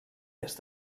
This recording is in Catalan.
des